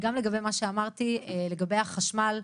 גם לגבי מה שאמרתי לגבי החשמל,